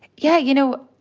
yeah. you know,